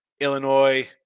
Illinois